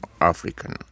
African